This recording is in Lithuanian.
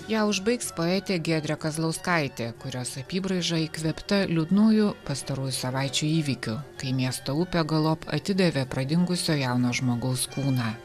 ją užbaigs poetė giedrė kazlauskaitė kurios apybraiža įkvėpta liūdnųjų pastarųjų savaičių įvykių kai miesto upė galop atidavė pradingusio jauno žmogaus kūną